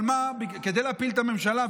אבל כדי להפיל את הממשלה,